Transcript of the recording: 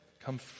come